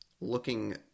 looking